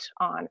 on